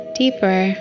deeper